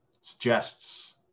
suggests